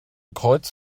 kreuz